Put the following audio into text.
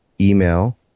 email